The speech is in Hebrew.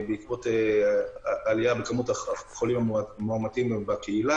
בעקבות עלייה במספר החולים המאומתים בקהילה